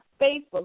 Facebook